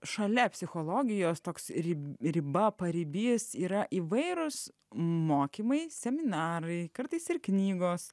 šalia psichologijos toks riba paribys yra įvairūs mokymai seminarai kartais ir knygos